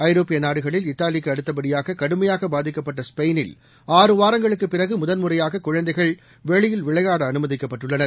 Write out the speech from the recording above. ஐரோப்பியநாடுகளில் இத்தாலிக்குஅடுத்தபடியாககடுமையாகபாதிக்கப்பட்ட ஸ்பெயினில் ஆறு வாரங்களுக்குபிறகுமுதன்முறையாககுழந்தைகள் வெளியில் விளையாட அனுமதிக்கப்பட்டுள்ளனர்